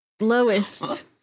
Lowest